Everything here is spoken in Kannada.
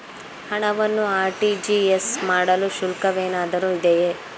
ಹಣವನ್ನು ಆರ್.ಟಿ.ಜಿ.ಎಸ್ ಮಾಡಲು ಶುಲ್ಕವೇನಾದರೂ ಇದೆಯೇ?